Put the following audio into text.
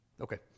Okay